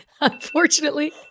Unfortunately